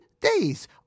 Days